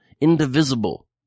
indivisible